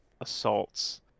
assaults